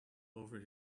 over